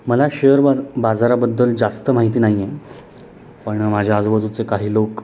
मला शेअर बाज बाजाराबद्दल जास्त माहिती नाही आहे पण माझ्या आजूबाजूचे काही लोक